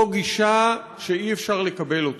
זו גישה שאי-אפשר לקבל אותה.